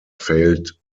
failed